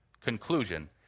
conclusion